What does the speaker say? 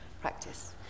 practice